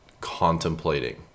contemplating